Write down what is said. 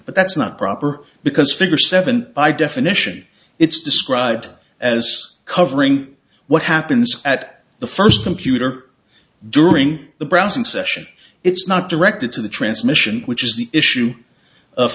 but that's not proper because figure seven i definition it's described as covering what happens at the first computer during the browsing session it's not directed to the transmission which is the issue of